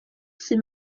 c’est